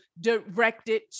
directed